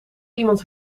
iemands